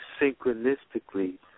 synchronistically